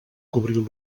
cobriu